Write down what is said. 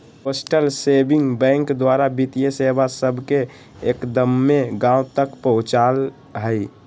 postal saving bank द्वारा वित्तीय सेवा सभके एक्दम्मे गाँव तक पहुंचायल हइ